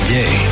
day